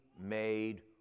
made